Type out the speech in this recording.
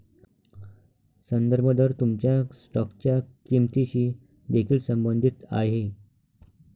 संदर्भ दर तुमच्या स्टॉकच्या किंमतीशी देखील संबंधित आहे